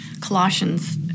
Colossians